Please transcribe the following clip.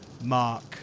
Mark